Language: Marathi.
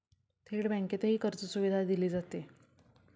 थेट बँकेतही कर्जसुविधा दिली जाते